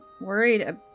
worried